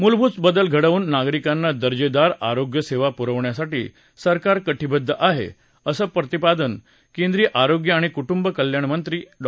मुलभूत बदल घडवून नागरिकांना दर्जेदार आरोग्यसेवा पुरवणसाठी सरकार कटीबद्ध आहे असं प्रतिपादन केंद्रीय आरोग्य आणि कुटुंबकल्याण मंत्री डॉ